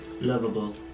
Lovable